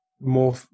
more